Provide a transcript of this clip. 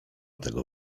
tego